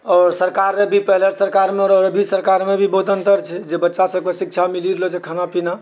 आओर सरकार र भी पहिनेके सरकारमे आओर अभीके सरकारमे बहुत अन्तर छै जे बच्चासभकेँ शिक्षा मिलि रहलो छै खानापीना